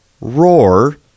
Roar